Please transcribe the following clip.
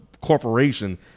corporation